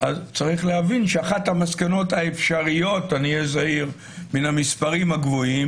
אז צריך להבין שאחת המסקנות האפשריות אהיה זהיר מן המספרים הגבוהים